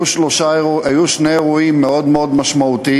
בארבעת החודשים האחרונים היו שני אירועים מאוד מאוד משמעותיים.